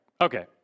okay